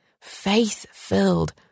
faith-filled